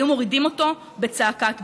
היו מורידים אותו בצעקת בוז.